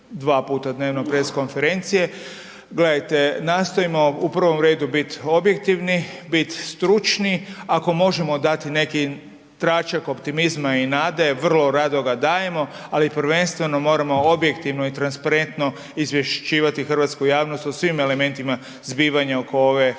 dva puta dnevno pres konferencije. Gledajte, nastojimo u prvom redu bit objektivni, bit stručni, ako možemo dati neki tračak optimizma i nade, vrlo rado ga dajemo, ali prvenstveno moramo objektivno i transparentno izvješćivati hrvatsku javnost o svim elementima zbivanja oko ove epidemije,